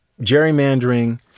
gerrymandering